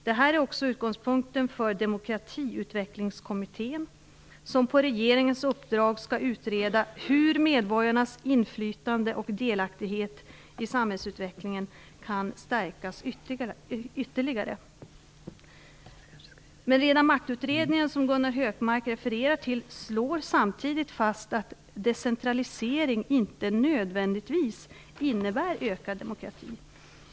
Detta är utgångspunkten för Demokratiutvecklingskommittén som på regeringens uppdrag skall utreda hur medborgarnas inflytande och delaktighet i samhällsutvecklingen kan stärkas ytterligare. Men redan Maktutredningen, som Gunnar Hökmark refererar till, slår fast att decentralisering inte nödvändigtvis innebär ökad demokrati.